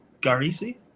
Garisi